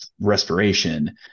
respiration